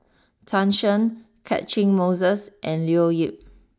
Tan Shen Catchick Moses and Leo Yip